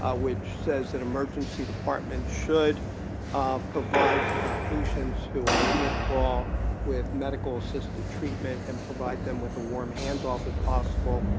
ah which says that emergency departments should provide patients who are in withdrawal with medical-assisted treatment and provide them with a warm handoff, if possible,